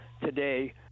today